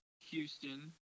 Houston